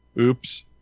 Oops